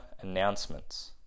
announcements